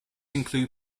include